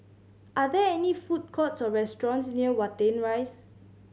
are there any food courts or restaurants near Watten Rise